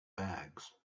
bags